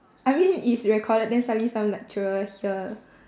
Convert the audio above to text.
I mean it's recorded then sekali some lecturer hear